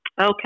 Okay